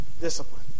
discipline